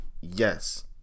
yes